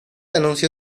anunció